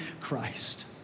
Christ